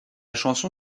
chanson